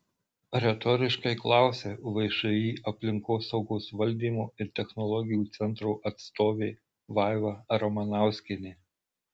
retoriškai klausia všį aplinkosaugos valdymo ir technologijų centro atstovė vaiva ramanauskienė